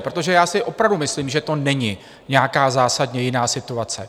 Protože já si opravdu myslím, že to není nějaká zásadně jiná situace.